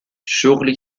شغلی